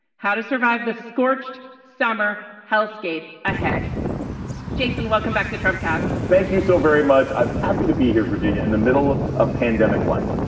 how to survive the scorched summer health scape ahead jason, welcome back to trump cast thank you so very much. i'm happy to be here virginia in the middle of pandemic life,